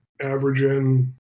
averaging